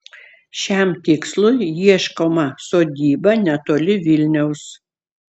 šiam tikslui ieškoma sodyba netoli vilniaus